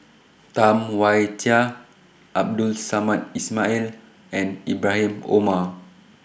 Tam Wai Jia Abdul Samad Ismail and Ibrahim Omar